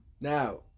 now